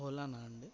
ఓలానా అండి